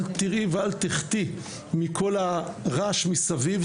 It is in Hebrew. אל תיראי את תחטאי מכל הרעש מסביב,